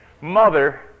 Mother